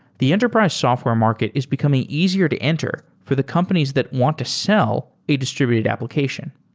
the enterprise software market is becoming easier to enter for the companies that want to sell a distributed application.